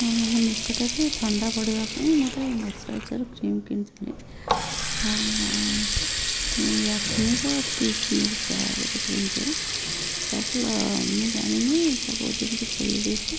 ମୁଁ ନିକଟରେ ଥଣ୍ଡା ପଡ଼ିବା ପାଇଁ ଗୋଟେ ମଶ୍ଚରାଇଜର୍ କ୍ରିମ୍ କିଣିଥିଲି ଲାକମିର ପିଚ୍ ମିଲ୍କ୍ ଗୋଟେ କ୍ରିମ୍ଟେ ତାକୁ ମୁଁ ଜାଣିନି ତାକୁ ଯେମିତି ଖୋଲି ଦେଇଛି